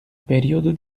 período